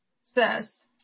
says